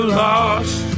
lost